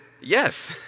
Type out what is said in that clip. yes